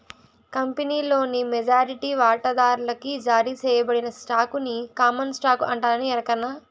కంపినీలోని మెజారిటీ వాటాదార్లకి జారీ సేయబడిన స్టాకుని కామన్ స్టాకు అంటారని ఎరకనా